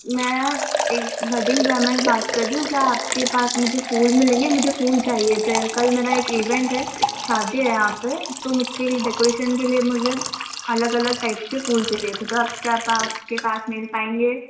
मैं एक wedding planner बात कर रही हूँ क्या आपके पास मुझे फूल मिलेंगे मुझे फूल चाहिए थे कल मेरा एक ईवेंट है शादी है यहाँ पर तो उसके लिए डेकोरेशन के लिए मुझे अलग अलग टाइप के फूल चहिए थे तो अब क्या आपके पास मिल पाएंगे